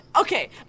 Okay